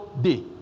day